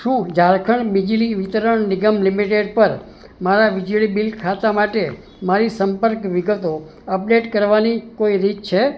શું ઝારખંડ બિજલી વિતરણ નિગમ લિમિટેડ પર મારા વીજળી બિલ ખાતા માટે મારી સંપર્ક વિગતો અપડેટ કરવાની કોઈ રીત છે